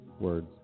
words